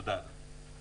תודה, אדוני.